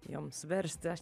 joms versti aš